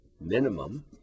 minimum